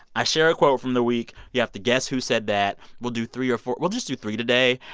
i share a quote from the week. you have to guess who said that. we'll do three or four we'll just do three today.